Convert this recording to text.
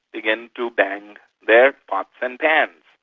begin to bang their pots and pans.